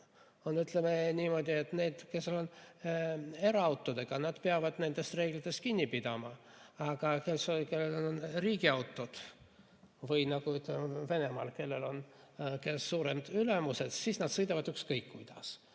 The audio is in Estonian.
on, ütleme niimoodi, et need, kes on eraautodega, peavad nendest reeglitest kinni pidama, aga need, kellel on riigiautod või nagu Venemaal, kes on suuremad ülemused, nemad sõidavad ükskõik kuidas.